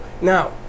now